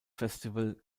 festival